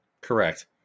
Correct